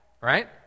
right